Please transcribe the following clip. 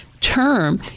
Term